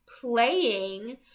playing